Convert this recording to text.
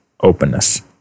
openness